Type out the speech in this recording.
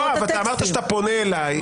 יואב, אמרת שאתה פונה אליי.